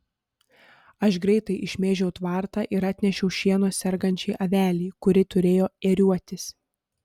aš greitai išmėžiau tvartą ir atnešiau šieno sergančiai avelei kuri turėjo ėriuotis